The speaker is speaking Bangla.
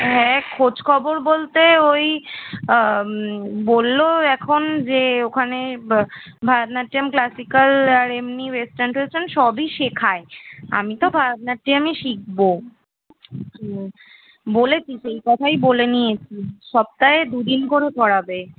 হ্যাঁ খোঁজ খবর বলতে ওই বললো এখন যে ওখানে বা ভরতনাট্যম ক্লাসিকাল আর এমনি ওয়েস্টার্ন টোয়েস্টার্ন সবই শেখায় আমি তো ভরতনাট্যামই শিখবো বলেছি সেই কথাই বলে নিয়েছি সপ্তাহে দু দিন করে করাবে